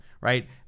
right